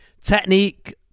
Technique